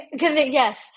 Yes